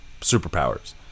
superpowers